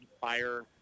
fire